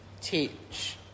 teach